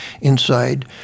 inside